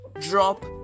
drop